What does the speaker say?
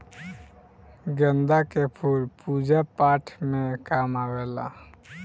गेंदा के फूल पूजा पाठ में काम आवेला